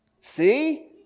See